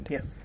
Yes